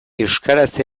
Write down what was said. euskaraz